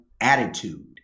attitude